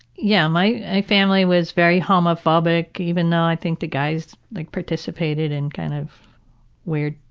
yeah, my family was very homophobic even though i think the guys like participated in kind of weird